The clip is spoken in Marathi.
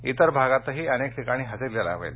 इतर भागातही अनेक ठिकाणी हजेरी लावेल